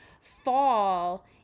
fall